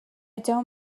don’t